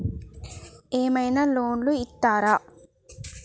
ఏమైనా లోన్లు ఇత్తరా?